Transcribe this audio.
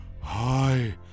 Hi